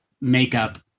makeup